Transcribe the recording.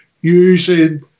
using